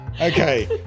Okay